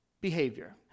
behavior